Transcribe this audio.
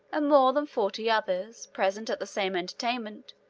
and more than forty others, present at the same entertainment,